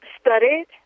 studied